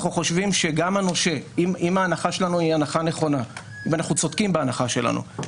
אם ההנחה שלנו היא הנחה נכונה ואם אנחנו צודקים בהנחה שלנו,